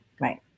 Right